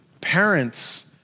parents